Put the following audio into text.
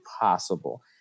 possible